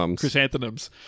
Chrysanthemums